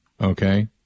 Okay